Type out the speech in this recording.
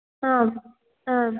आम् आम्